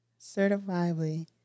certifiably